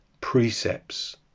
precepts